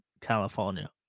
California